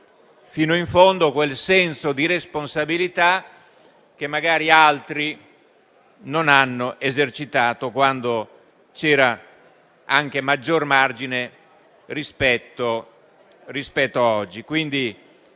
fino in fondo quel senso di responsabilità che magari altri non hanno esercitato quando c'era anche maggior margine rispetto a oggi.